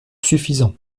suffisant